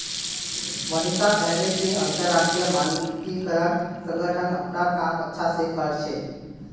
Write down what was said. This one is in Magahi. मनीषा कहले कि अंतरराष्ट्रीय मानकीकरण संगठन अपनार काम अच्छा स कर छेक